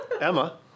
Emma